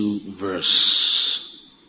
verse